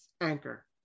Anchor